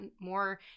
more